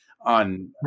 on